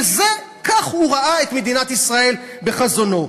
וכך הוא ראה את מדינת ישראל בחזונו.